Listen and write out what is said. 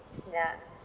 ya